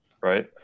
right